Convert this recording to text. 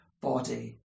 body